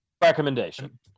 recommendation